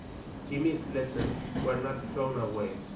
jimmy's lessons were not thrown away.